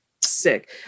sick